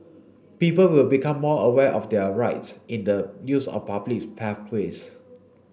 people will become more aware of their rights in the use of public pathways